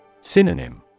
Synonym